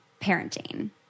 parenting